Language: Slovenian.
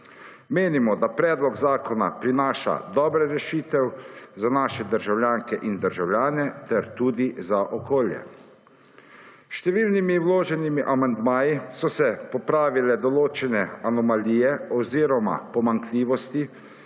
Menimo, da predlog zakona prinaša dobre rešitev za naše državljanke in državljane ter tudi za okolje. S številnimi vloženimi amandmaji so se popravile določene anomalije oziroma pomanjkljivosti,